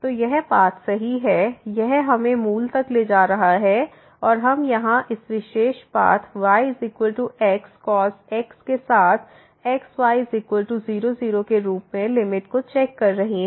तो यह पाथ सही है यह हमें मूल तक ले जा रहा है और हम यहां इस विशेष पाथ yx cos x के साथ x y00 के रूप में लिमिट को चेक कर रहे हैं